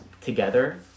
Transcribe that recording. together